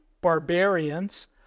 barbarians